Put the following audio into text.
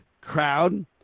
crowd